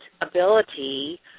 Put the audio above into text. ability